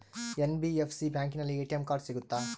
NBFC ಬ್ಯಾಂಕಿನಲ್ಲಿ ATM card ಸಿಗುತ್ತಾ?